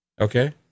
Okay